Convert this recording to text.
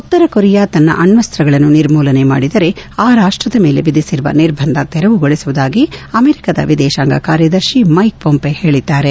ಉತ್ತರ ಕೊರಿಯಾ ತನ್ನ ಅಣ್ಣಸ್ತಗಳನ್ನು ನಿರ್ಮೂಲನೆ ಮಾಡಿದರೆ ಆ ರಾಷ್ಟದ ಮೇಲೆ ವಿಧಿಸಿರುವ ನಿರ್ಬಂಧವನ್ನು ತೆರವುಗೊಳಿಸುವುದಾಗಿ ಅಮೆರಿಕಾದ ವಿದೇಶಾಂಗ ಕಾರ್ಯದರ್ಶಿ ಮೈಕ್ ಪೊಂಪೆ ಹೇಳಿದ್ದಾರೆ